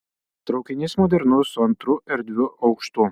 traukinys modernus su antru erdviu aukštu